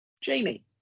Jamie